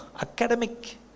academic